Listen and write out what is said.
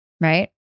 Right